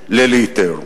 שקל לליטר.